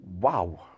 Wow